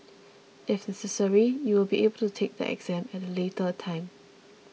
if necessary you will be able to take the exam at a later time